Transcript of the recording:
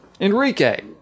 Enrique